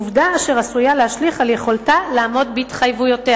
עובדה אשר עשויה להשליך על יכולתה לעמוד בהתחייבותיה"